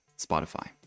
spotify